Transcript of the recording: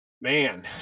Man